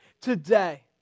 today